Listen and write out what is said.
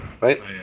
Right